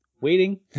waiting